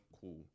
cool